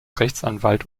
rechtsanwalt